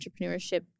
entrepreneurship